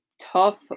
tough